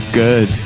good